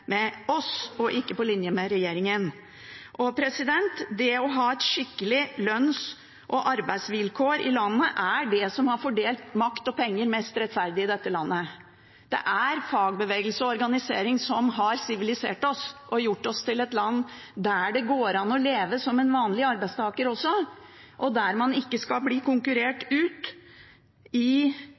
med oss og ikke på linje med regjeringen. Det å ha skikkelige lønns- og arbeidsvilkår i landet er det som har fordelt makt og penger mest rettferdig i dette landet. Det er fagbevegelse og organisering som har sivilisert oss og gjort oss til et land der det også går an å leve som en vanlig arbeidstaker, og der man ikke skal bli konkurrert ut i